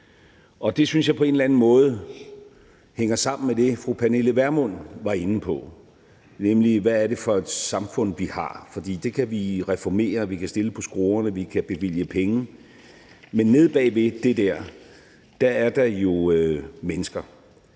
Og det synes jeg på en eller anden måde hænger sammen med det, fru Pernille Vermund var inde på, nemlig hvad det er for et samfund, vi har. For det kan vi reformere. Vi kan skrue på skruerne, og vi kan bevilge penge, men omme bag ved det der er der jo mennesker.